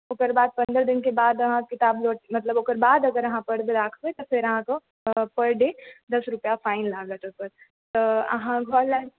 ओकर बाद पन्द्रह दिनके बाद अहाँ सब किताब अगर मतलब ओकर बाद अगर अहाँ पढ़ै लए राखबै तऽ फेर अहाँकेॅं परडे दश रुपआ फाइन लागत ओकर तऽ अहाँ घर लए